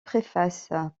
préfaces